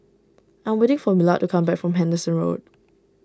I am waiting for Millard to come back from Henderson Road